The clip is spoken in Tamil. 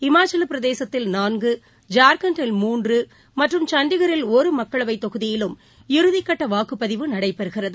இமாச்சல பிரதேசத்தில் நான்கு ஜார்க்கண்டில் மூன்று மற்றும் சண்டிகரில் ஒரு மக்களவைத் தொகுதியிலும் இறுதிக்கட்ட வாக்குப்பதிவு நடைபெறுகிறது